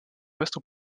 vaste